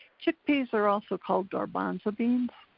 chickpeas are also called garbanzo beans.